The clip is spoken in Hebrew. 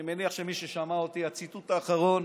אני מניח שמי ששמע אותי, הציטוט האחרון